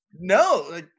No